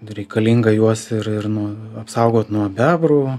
reikalinga juos ir ir nu apsaugot nuo bebrų